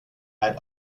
had